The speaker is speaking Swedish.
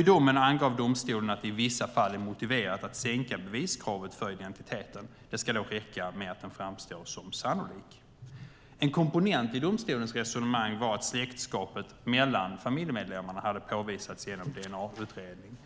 I domen angav domstolen att det i vissa fall är motiverat att sänka beviskravet för identiteten. Det ska räcka med att den framstår som sannolik. En komponent i domstolens resonemang var att släktskapet mellan familjemedlemmarna hade påvisats genom dna-utredning.